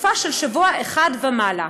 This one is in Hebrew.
לתקופה של שבוע אחד ומעלה.